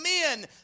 men